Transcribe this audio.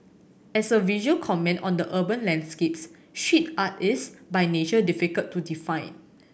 as a visual comment on the urban landscapes street art is by nature difficult to define